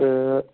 تہٕ